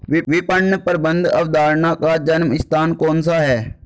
विपणन प्रबंध अवधारणा का जन्म स्थान कौन सा है?